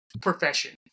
profession